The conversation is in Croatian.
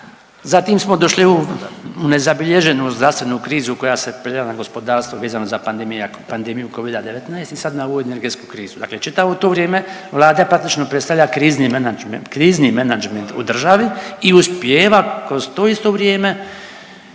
zatim smo došli u nezabilježenu zdravstvenu kriza koja se prelila na gospodarstvo vezano za pandemija, pandemiju Covida-19 i sad na ovu energetsku krizu. Dakle, čitavo to vrijeme vlada praktično predstavlja krizni menadžment, krizni menadžment u državi i uspijeva kroz to isto vrijeme,